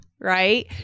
right